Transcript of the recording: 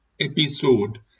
episode